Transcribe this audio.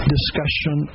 discussion